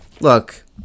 look